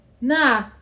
Nah